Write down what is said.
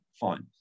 Fine